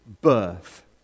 birth